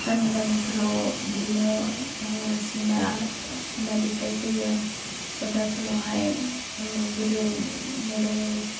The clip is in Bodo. गामि गामिफ्राव बिदिनो सिनिमा देखाय फैयो फरदाफोरावहाय गोदो मबाइल